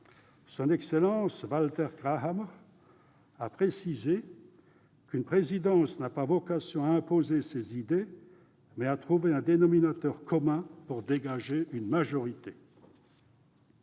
Son Excellence Walter Grahammer a précisé qu'« une présidence n'a pas vocation à imposer ses idées, mais à trouver un dénominateur commun pour dégager une majorité ».